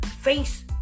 Face